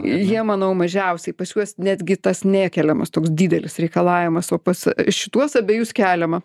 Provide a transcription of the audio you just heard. jie manau mažiausiai pas juos netgi tas nekeliamas toks didelis reikalavimas o pas šituos abejus keliama